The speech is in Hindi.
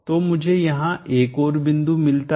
तो मुझे यहां एक और बिंदु मिलता है